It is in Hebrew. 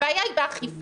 הבעיה היא באכיפה.